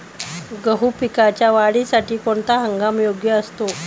गहू पिकाच्या वाढीसाठी कोणता हंगाम योग्य असतो?